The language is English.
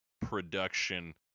production